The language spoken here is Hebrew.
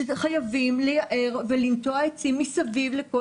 שחייבים לייער ולנטוע עצים מסביב לכל